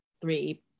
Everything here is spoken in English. three